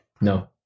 No